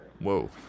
Whoa